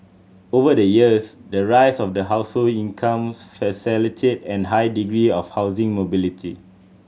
over the years the rise of household incomes facilitated a high degree of housing mobility